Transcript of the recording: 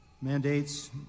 mandates